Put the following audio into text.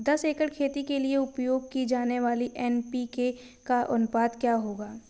दस एकड़ खेती के लिए उपयोग की जाने वाली एन.पी.के का अनुपात क्या होगा?